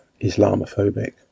Islamophobic